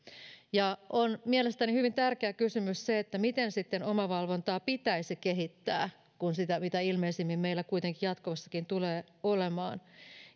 mielestäni hyvin tärkeä kysymys on se miten sitten omavalvontaa pitäisi kehittää kun sitä mitä ilmeisimmin meillä kuitenkin jatkossakin tulee olemaan